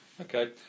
Okay